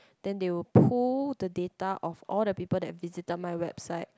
then they will pull the data of all the people that visited my website